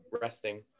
resting